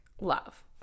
love